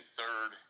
third